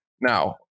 Now